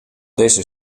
dizze